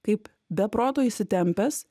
kaip beproto įsitempęs